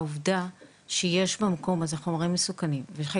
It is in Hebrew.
העובדה שיש במקום הזה חומרים מסוכנים וחלק